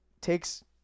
takes –